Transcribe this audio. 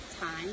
time